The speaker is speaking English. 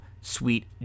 Sweet